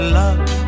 love